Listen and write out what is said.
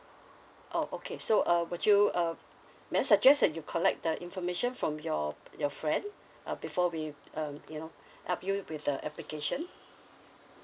oh okay so uh would you uh may I suggest that you collect the information from your your friend uh before we um you know help you with the application